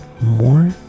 more